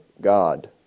God